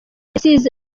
yasize